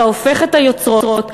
אתה הופך את היוצרות.